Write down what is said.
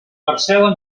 parcel·la